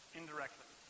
indirectly